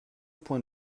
point